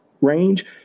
range